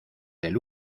del